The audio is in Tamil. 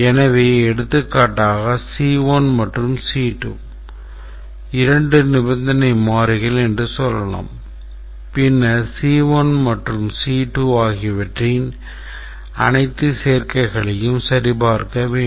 எனவே எடுத்துக்காட்டாக C1 மற்றும் C2 இரண்டு நிபந்தனை மாறிகள் என்று சொல்லலாம் பின்னர் C1 மற்றும் C2 ஆகியவற்றின் அனைத்து சேர்க்கைகளையும் சரிபார்க்க வேண்டும்